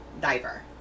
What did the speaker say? diver